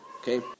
Okay